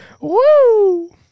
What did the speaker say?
Woo